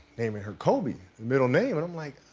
naming her kobe, middle name. and i'm like,